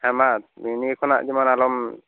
ᱦᱮᱸ ᱢᱟ ᱱᱤᱭᱟᱹ ᱠᱷᱚᱱᱟ ᱡᱮᱢᱚᱱ ᱟᱞᱚᱢ